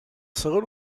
segon